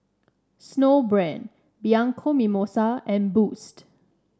Snowbrand Bianco Mimosa and Boost